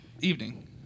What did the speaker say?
evening